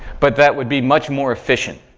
but that would be much more efficient.